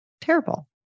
terrible